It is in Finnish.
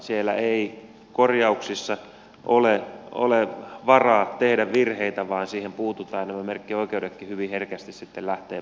siellä ei korjauksissa ole varaa tehdä virheitä vaan niihin puututaan ja nämä merkkioikeudetkin hyvin herkästi sitten lähtevät pois